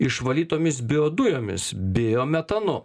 išvalytomis biodujomis biometanu